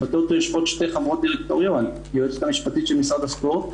בטוטו יש עוד שתי חברות דירקטוריון יועצת המשפטית של משרד הספורט,